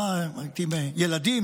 הייתי עם ילדים,